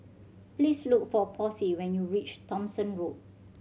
please look for Posey when you reach Thomson Road